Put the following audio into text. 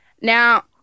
Now